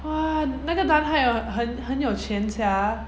啊那个 done 还有很很有钱 sia